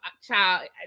child